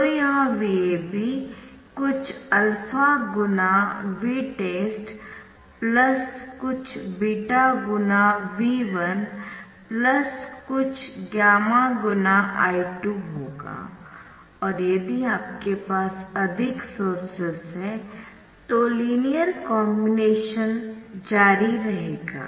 तो यह VAB कुछ α×Vtest प्लस कुछ β×V1 प्लस कुछ γ×I2 होगा और यदि आपके पास अधिक सोर्सेस है तो लीनियर कॉम्बिनेशन जारी रहेगा